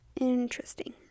Interesting